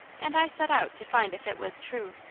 and i set out to find if it was true.